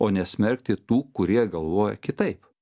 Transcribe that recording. o ne smerkti tų kurie galvoja kitaip